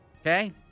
Okay